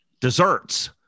desserts